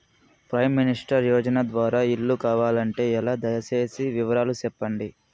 Prime minister Yojana ద్వారా ఇల్లు కావాలంటే ఎలా? దయ సేసి వివరాలు సెప్పండి?